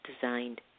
designed